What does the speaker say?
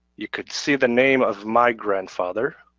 you can see the name of my grandfather,